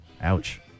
Ouch